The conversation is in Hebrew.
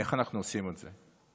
איך אנחנו עושים את זה,